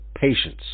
patience